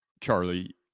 Charlie